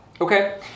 Okay